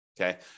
okay